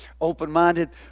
open-minded